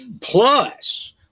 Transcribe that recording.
Plus